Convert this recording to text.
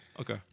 Okay